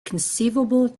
conceivable